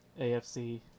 AFC